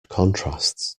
contrasts